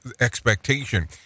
expectation